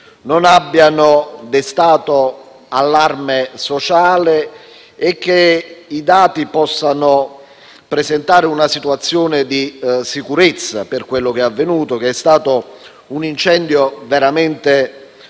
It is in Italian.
non abbiano destato allarme sociale e che i dati possano presentare una situazione di sicurezza per quello che è avvenuto, che è stato un incendio veramente